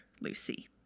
Lucy